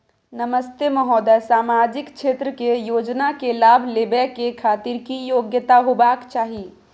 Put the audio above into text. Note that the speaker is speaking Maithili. नमस्ते महोदय, सामाजिक क्षेत्र के योजना के लाभ लेबै के खातिर की योग्यता होबाक चाही?